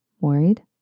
worried